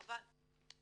חבל.